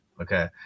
Okay